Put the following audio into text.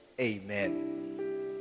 Amen